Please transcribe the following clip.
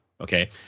Okay